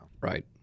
Right